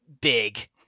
big